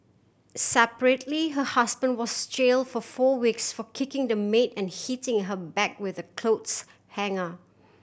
separately her husband was jail for four weeks for kicking the maid and hitting her back with a clothes hanger